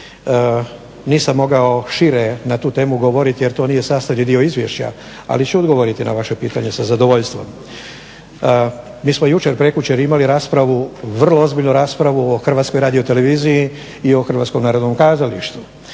Nisam mogao šire na tu temu govoriti, jer to nije sastavni dio izvješća ali ću odgovoriti na vaše pitanje sa zadovoljstvom. Mi smo jučer, prekjučer imali raspravu, vrlo ozbiljnu raspravu o Hrvatskoj radioteleviziji i o Hrvatskom narodnom kazalištu.